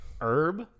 Herb